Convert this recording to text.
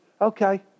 okay